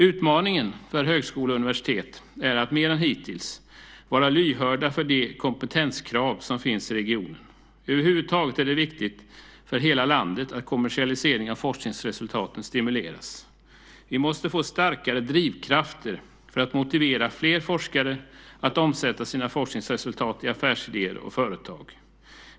Utmaningen för högskolor och universitet är att mer än hittills vara lyhörda för de kompetenskrav som finns i regionen. Över huvud taget är det viktigt för hela landet att kommersialisering av forskningsresultaten stimuleras. Vi måste få starkare drivkrafter för att motivera fler forskare att omsätta sina forskningsresultat i affärsidéer och företag.